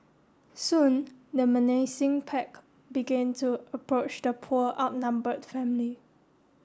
soon the menacing pack began to approach the poor outnumbered family